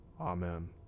Amen